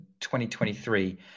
2023